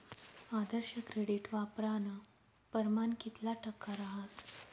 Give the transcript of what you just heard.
आदर्श credit वापरानं परमाण कितला टक्का रहास